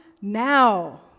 Now